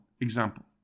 example